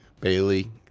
Bailey